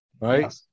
right